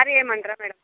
చారు చేయమంటారా మేడం